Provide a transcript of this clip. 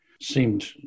seemed